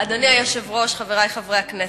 אדוני היושב-ראש, חברי חברי הכנסת,